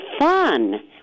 fun